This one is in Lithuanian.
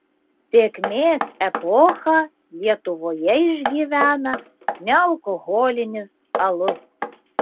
sėkmės epochą lietuvoje išgyvena nealkoholinis alus